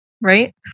Right